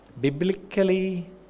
biblically